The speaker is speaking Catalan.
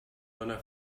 done